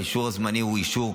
האישור הזמני הוא אישור,